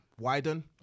widen